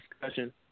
discussion